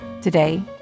Today